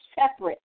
separate